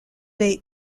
est